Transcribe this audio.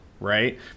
right